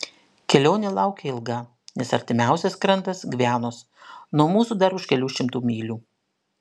kelionė laukia ilga nes artimiausias krantas gvianos nuo mūsų dar už kelių šimtų mylių